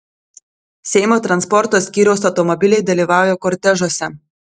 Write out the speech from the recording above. seimo transporto skyriaus automobiliai dalyvauja kortežuose